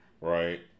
right